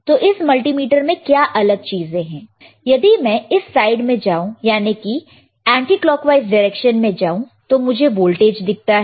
तो इस मल्टीमीटर में क्या अलग चीजें हैं यदि मैं इस साइड में जाऊं याने की एंटीक्लाकवाइज डायरेक्शन में जाऊं तो मुझे वोल्टेज दिखता है